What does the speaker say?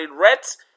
Reds